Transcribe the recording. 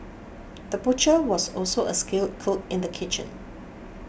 the butcher was also a skilled cook in the kitchen